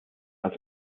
als